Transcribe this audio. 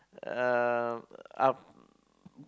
um are